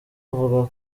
avuga